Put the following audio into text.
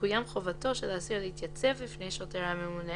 תקוים חובתו של אסיר להתייצב לפני השוטר הממונה